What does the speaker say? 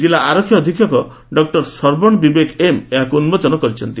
ଜିଲ୍ଲା ଆରକ୍ଷୀ ଅଧିକ୍ଷକ ଡକୁର ସର୍ବଶ ବିବେକ ଏମ୍ ଏହାକୁ ଉନ୍କୋଚନ କରିଛନ୍ତି